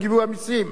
לגידול במסים.